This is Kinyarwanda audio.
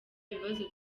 bibazo